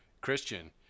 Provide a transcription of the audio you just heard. Christian